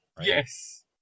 Yes